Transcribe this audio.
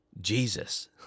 Jesus